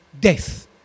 death